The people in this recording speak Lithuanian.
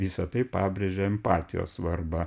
visa tai pabrėžia empatijos svarbą